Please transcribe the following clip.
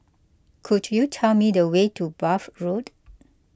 could you tell me the way to Bath Road